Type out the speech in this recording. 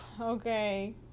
Okay